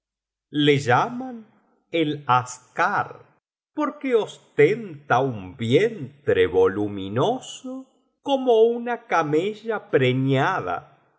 le llaman el ascliar porque ostenta un vientre voluminoso como una camella preñada y